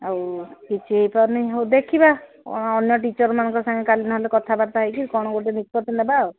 ଆଉ କିଛି ହୋଇପାରୁନି ହଉ ଦେଖିବା ଅନ୍ୟ ଟିଚରମାନଙ୍କ ସାଙ୍ଗେ କାଲି ନହେଲେ କଥାବାର୍ତ୍ତା ହୋଇକି କ'ଣ ଗୋଟେ ନିଷ୍ପତ୍ତି ନେବା ଆଉ